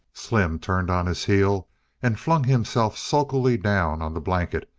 slim turned on his heel and flung himself sulkily down on the blanket,